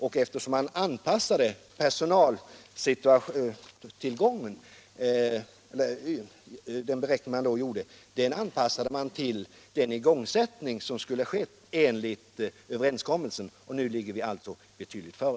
Den beräkning av personaltillgången som man då gjorde anpassade man till den igångsättning som skulle ske enligt överenskommelsen. Nu ligger vi alltså betydligt före.